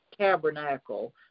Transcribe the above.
tabernacle